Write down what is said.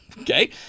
Okay